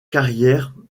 carrière